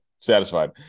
satisfied